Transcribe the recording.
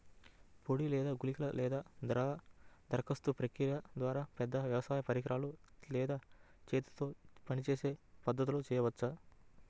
పొడి లేదా గుళికల లేదా ద్రవ దరఖాస్తు ప్రక్రియల ద్వారా, పెద్ద వ్యవసాయ పరికరాలు లేదా చేతితో పనిచేసే పద్ధతులను చేయవచ్చా?